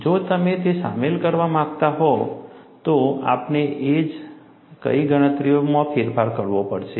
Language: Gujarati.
જો તમે તે શામેલ કરવા માંગતા હોય તો આપણે કઈ રીતે ગણતરીઓમાં ફેરફાર કરવો પડશે